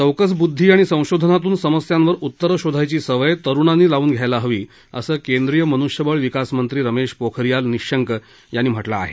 चौकस बुद्धी आणि संशोधनातून समस्यांवर उत्तरं शोधायची सवय तरुणांनी लावून घ्यायला हवी असं केंद्रीय मनुष्यबळविकास मंत्री रमेश पोखरियाल निशंक यांनी म्हटलं आहे